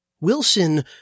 Wilson